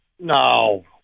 no